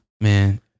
Man